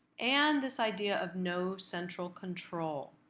and this idea of no central control.